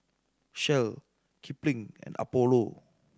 Shell Kipling and Apollo